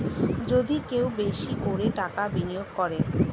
যদি কেউ বেশি করে টাকা বিনিয়োগ করে